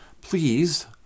Please